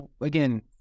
again